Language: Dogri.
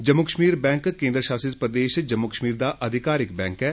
जम्मू कश्मीर बैंक केंद्र शासित प्रदेश जम्मू जम्मू कश्मीर दा अधिकारिक बैंक ऐ